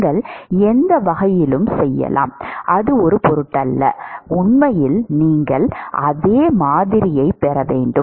நீங்கள் எந்த வகையிலும் செய்யலாம் அது ஒரு பொருட்டல்ல உண்மையில் நீங்கள் அதே மாதிரியைப் பெற வேண்டும்